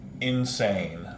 insane